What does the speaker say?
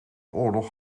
oorlog